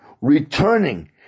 returning